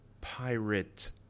pirate